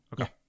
Okay